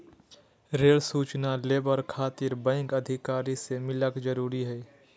Rail सूचना labour खातिर bank अधिकारी से मिलक जरूरी है?